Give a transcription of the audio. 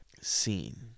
seen